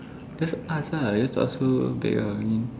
just ask lah just ask her back ah i mean